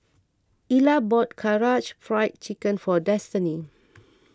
Ilah bought Karaage Fried Chicken for Destini